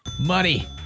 MONEY